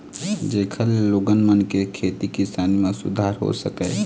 जेखर ले लोगन मन के खेती किसानी म सुधार हो सकय